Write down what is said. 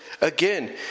again